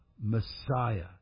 Messiah